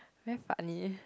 very funny